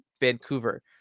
Vancouver